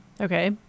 okay